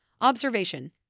Observation